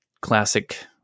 classic